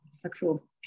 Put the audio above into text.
Sexual